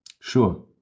Sure